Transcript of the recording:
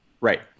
Right